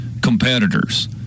competitors